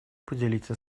поделиться